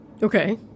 Okay